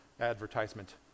advertisement